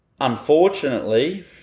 Unfortunately